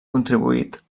contribuït